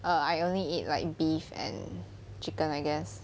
err I only eat like beef and chicken I guess